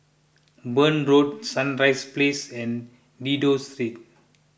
Burn Road Sunrise Place and Dido Street